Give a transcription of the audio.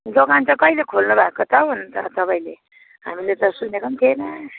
दोकान त कहिले खोल्नु भएको त हौ अन्त तपाईँले हामीले त सुनेको पनि थिएन